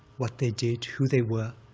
what they did, who they were,